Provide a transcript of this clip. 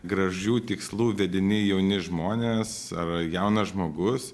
gražių tikslų vedini jauni žmonės ar jaunas žmogus